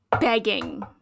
begging